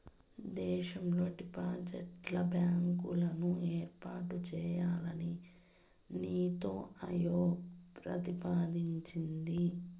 దేశంలో డిజిటల్ బ్యాంకులను ఏర్పాటు చేయాలని నీతి ఆయోగ్ ప్రతిపాదించింది